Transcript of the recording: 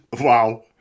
Wow